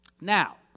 Now